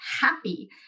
happy